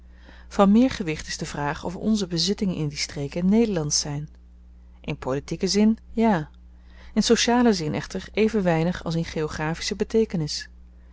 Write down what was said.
van meer gewicht is de vraag of onze bezittingen in die streken nederlandsch zyn in politieken zin ja in socialen zin echter even weinig als in geografische beteekenis